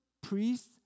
priests